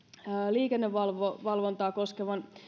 liikennevalvontaa koskevan